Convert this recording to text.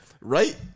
Right